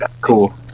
Cool